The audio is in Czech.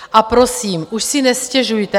A prosím, už si nestěžujte.